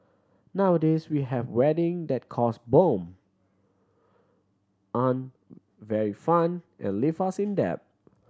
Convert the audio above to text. nowadays we have wedding that cost bomb aren't very fun and leave us in debt